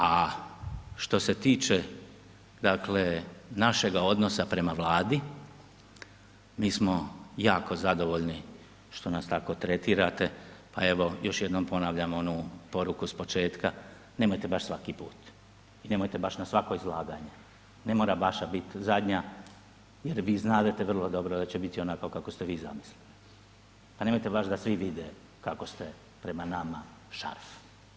A što se tiče dakle našega odnosa prema Vladi, mi smo jako zadovoljni što nas tako tretirate, pa evo još jednom ponavljam onu poruku s početka nemojte baš svaki put i nemojte baš na svako izlaganje, ne mora vaša bit zadnja jer vi znadete vrlo dobro da će biti onako kako ste vi zamislili, pa nemojte baš da svi vide kako ste prema nama šarmeri.